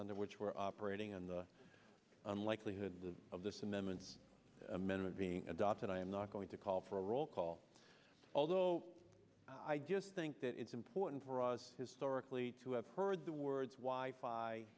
under which we're operating on the unlikelihood of this amendments amendment being adopted i am not going to call for a roll call although i just think that it's important for us historically to have heard the words